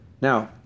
Now